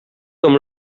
com